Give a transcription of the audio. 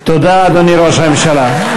תודה, אדוני ראש הממשלה.